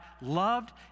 loved